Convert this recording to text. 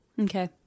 Okay